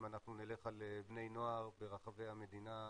אם אנחנו נלך על בני נוער ברחבי המדינה,